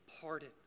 pardon